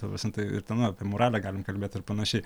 ta prasme tai ir ten apie moralę galim kalbėt ir panašiai